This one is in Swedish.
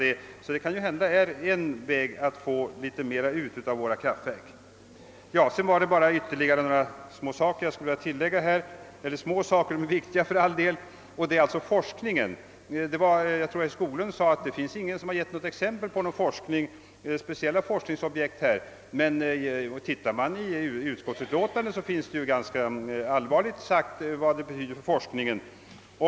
Det är alltså möjligt att detta är ett sätt att få ut litet mera av våra kraftverk. Vidare skulle jag vilja anföra några synpunkter beträffande forskningen. Jag tror att det var herr Skoglund som sade att ingen gett exempel på några speciella forskningsobjekt härvidlag, men läser man utskottsutlåtandet finner man ganska allvarliga uttalanden om betydelsen för forskningen.